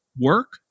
work